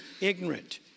ignorant